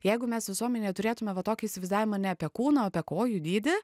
jeigu mes visuomenėj turėtume va tokį įsivaizdavimą ne apie kūną o apie kojų dydį